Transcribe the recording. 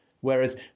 Whereas